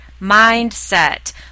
mindset